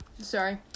Sorry